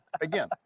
again